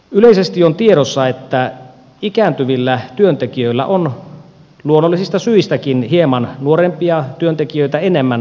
yleisesti on tiedossa että ikääntyvillä työntekijöillä on luonnollisista syistäkin hieman nuorempia työntekijöitä enemmän sairauspoissaoloja